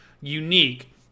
unique